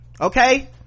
okay